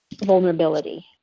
vulnerability